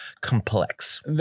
complex